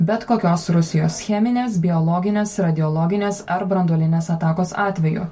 bet kokios rusijos cheminės biologinės radiologinės ar branduolinės atakos atveju